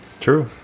True